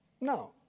No